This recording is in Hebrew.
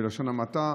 בלשון המעטה,